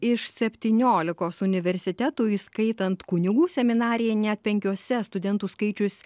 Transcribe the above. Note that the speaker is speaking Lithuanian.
iš septyniolikos universitetų įskaitant kunigų seminariją net penkiuose studentų skaičius